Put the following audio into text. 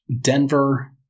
Denver